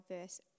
verse